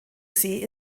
see